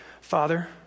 Father